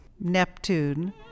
Neptune